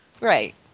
Right